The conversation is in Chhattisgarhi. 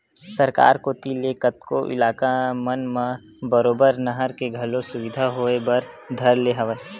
सरकार कोती ले कतको इलाका मन म बरोबर नहर के घलो सुबिधा होय बर धर ले हवय